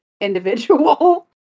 individual